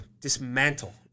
dismantle